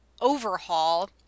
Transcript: overhaul